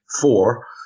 four